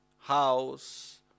house